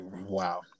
wow